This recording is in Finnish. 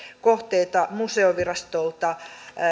kohteita museovirastolta